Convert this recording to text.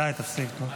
די, תפסיק, נו.